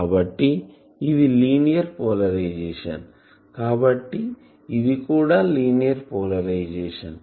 కాబట్టి ఇది linear polarization కాబట్టి ఇది కూడా లీనియర్ పోలరైజేషన్